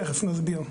תיכף נסביר.